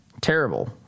terrible